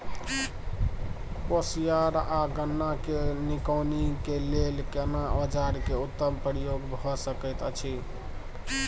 कोसयार आ गन्ना के निकौनी के लेल केना औजार के उत्तम प्रयोग भ सकेत अछि?